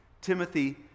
Timothy